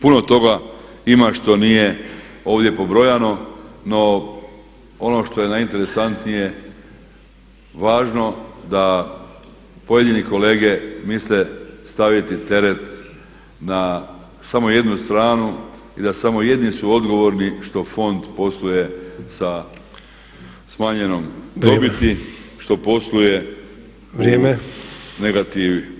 Puno toga ima što nije ovdje pobrojano, no ono što je najinteresantnije, važno, da pojedini kolege misle staviti teret na samo jednu stranu i da samo jedni su odgovorni što fond posluje sa smanjenom dobiti, što posluje u negativi.